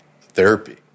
therapy